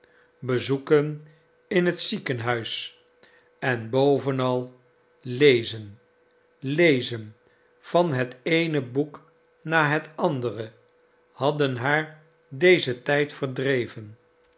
bezoeken in het ziekenhuis en bovenal lezen lezen van het eene boek na het andere hadden haar dezen tijd verdreven